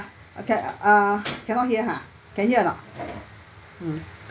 okay uh cannot hear ha can hear or not mm